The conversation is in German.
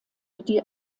die